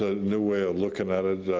so new way of looking at it.